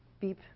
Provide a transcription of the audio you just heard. beep